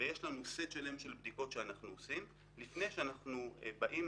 ויש לנו סט שלם של בדיקות שאנחנו עושים לפני שאנחנו באים